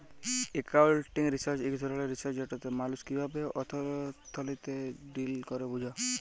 accounting research ইক ধরলের research যেটতে মালুস কিভাবে অথ্থলিতিতে ডিল ক্যরে বুঝা